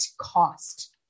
cost